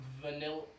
Vanilla